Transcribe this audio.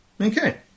Okay